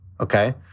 Okay